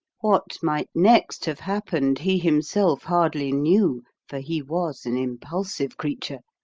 what might next have happened he himself hardly knew, for he was an impulsive creature,